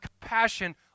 compassion